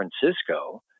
Francisco